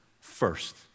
First